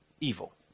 evil